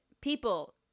People